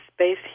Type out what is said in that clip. space